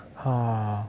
!huh!